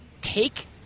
take